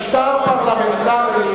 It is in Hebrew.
מאיר שטרית,